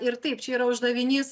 ir taip čia yra uždavinys